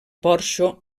porxo